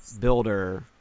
builder